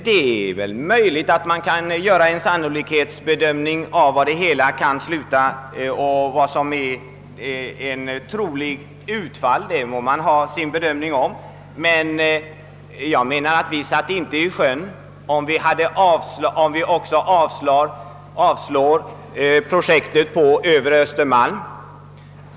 Det är möjligt att man kan göra en sannolikhetsbedömning av var det hela kan sluta — det må var och en ha sin uppfattning om — men jag menar att vi inte heller skulle sitta i sjön om vi avvisade projektet på övre Östermalm.